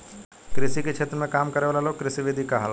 कृषि के क्षेत्र में काम करे वाला लोग कृषिविद कहाला